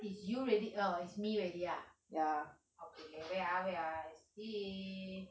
is you already orh is me already ah okay okay wait ah wait ah I see